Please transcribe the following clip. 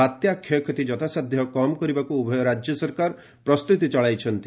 ବାତ୍ୟା କ୍ଷୟକ୍ଷତି ଯଥାସାଧ୍ୟ କମ୍ କରିବାକୁ ଉଭୟ ରାଜ୍ୟ ସରକାର ପ୍ରସ୍ତୁତି ଚଳାଇଛନ୍ତି